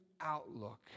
outlook